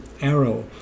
arrow